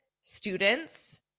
students